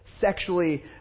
sexually